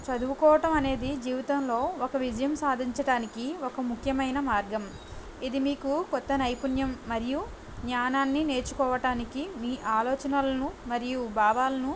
చదువుకోవటం అనేది జీవితంలో ఒక విజయం సాధించటానికి ఒక ముఖ్యమైన మార్గం ఇది మీకు కొత్త నైపుణ్యం మరియు జ్ఞానాన్ని నేర్చుకోవటానికి మీ ఆలోచనలను మరియు భావాలను